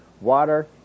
water